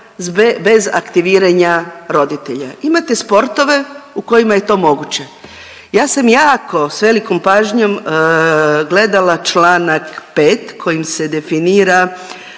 bez aktiviranja roditelja, imate sportove u kojima je to moguće. Ja sam jako s velikom pažnjom gledala Članak 5. kojim se definira